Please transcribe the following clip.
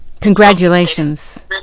Congratulations